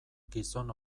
gizon